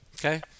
Okay